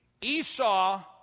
Esau